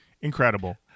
incredible